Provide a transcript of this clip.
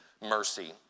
mercy